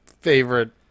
favorite